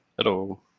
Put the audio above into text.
Hello